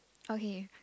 okay